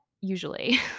usually